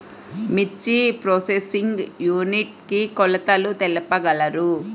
మిర్చి processing unit కి కొలతలు తెలుపగలరు?